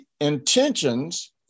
intentions